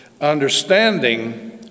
understanding